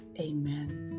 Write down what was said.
amen